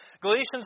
Galatians